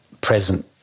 present